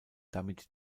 damit